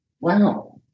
Wow